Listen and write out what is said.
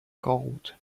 gold